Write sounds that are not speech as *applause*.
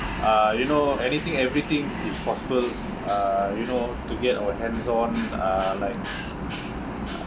uh you know anything everything is possible uh you know to get our hands on uh like *noise*